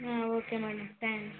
okay madam thanks